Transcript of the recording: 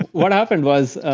what happened was